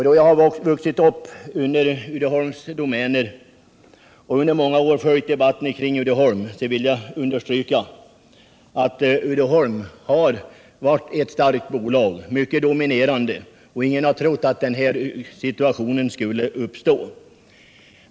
Då jag har vuxit upp inom Uddeholms domäner och under många år följt debatten kring Uddeholm vill jag understryka att det har varit ett starkt och mycket dominerande bolag. Ingen hade trott att denna krissituation skulle uppstå.